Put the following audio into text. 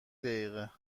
دقیقه